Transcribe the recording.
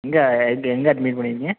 எங்கள் எங் எங்கள் அட்மிட் பண்ணியிருக்கிங்க